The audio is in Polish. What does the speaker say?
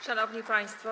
Szanowni Państwo!